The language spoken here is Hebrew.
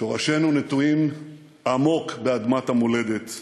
שורשינו נטועים עמוק באדמת המולדת,